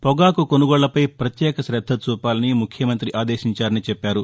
పొగాకు కొనుగోళ్ల పై పత్యేక శద్ద చూపాలని ముఖ్యమంత్రి ఆదేశించారని చెప్పారు